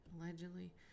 allegedly